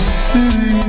city